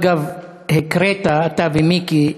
אגב, הקראתם, אתה ומיקי,